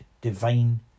divine